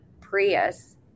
Prius